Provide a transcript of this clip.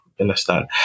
understand